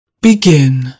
Begin